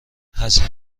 هزینه